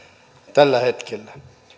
tällä hetkellä